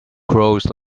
crows